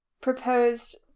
proposed